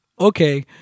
okay